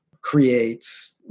creates